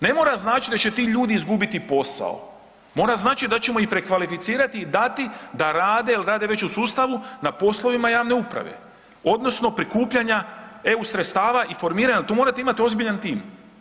Ne mora značiti da će ti ljudi izgubiti posao, možda znači da ćemo ih prekvalificirati i dati da rade jel rade već u sustavu na poslovima javne uprave odnosno prikupljanja EU sredstava i formiranja, tu morate imati ozbiljan tim.